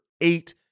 eight